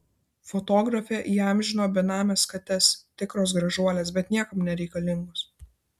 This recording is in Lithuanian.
fotografė įamžino benames kates tikros gražuolės bet niekam nereikalingos